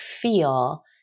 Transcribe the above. feel